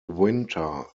winter